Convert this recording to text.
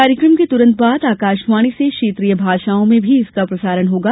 कार्यक्रम के तुरंत बाद आकाशवाणी से क्षेत्रीय भाषाओं में भी इसका प्रसारण होगा